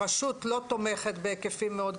הרשות לא תומכת בהיקפים מאוד גדולים.